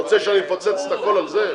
אתה רוצה שאפוצץ את הכול על זה?